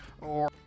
or-